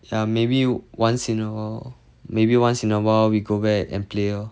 yeah maybe once in a while maybe once in a while we go back and play lor